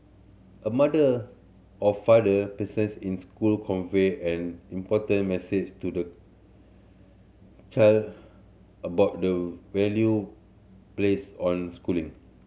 a mother or father presence in school convey an important message to the child about the value placed on schooling